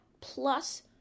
plus